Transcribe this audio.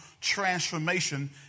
transformation